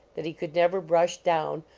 that he could never brush down,